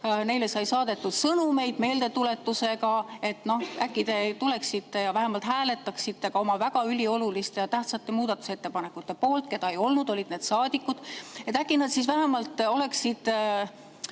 Neile sai saadetud sõnumeid meeldetuletusega, et äkki te tuleksite saali ja vähemalt hääletaksite oma ülioluliste ja tähtsate muudatusettepanekute poolt. Keda ei olnud, olid need saadikud. Äkki nad [võiksid]